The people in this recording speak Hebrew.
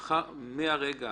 מהרגע